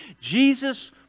Jesus